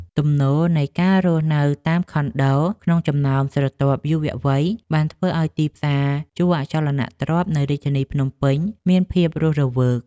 ទំនោរនៃការរស់នៅតាមខុនដូក្នុងចំណោមស្រទាប់យុវវ័យបានធ្វើឱ្យទីផ្សារជួលអចលនទ្រព្យនៅរាជធានីភ្នំពេញមានភាពរស់រវើក។